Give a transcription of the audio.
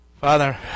Father